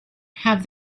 have